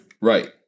Right